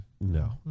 no